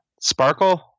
Sparkle